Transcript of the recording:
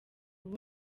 ubu